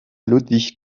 ludwig